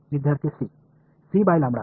विद्यार्थी C